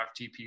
ftp